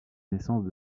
naissance